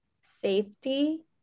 safety